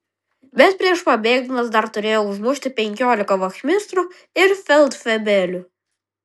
bet prieš pabėgdamas dar turėjau užmušti penkiolika vachmistrų ir feldfebelių